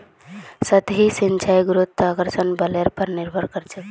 सतही सिंचाई गुरुत्वाकर्षण बलेर पर निर्भर करछेक